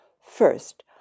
First